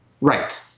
Right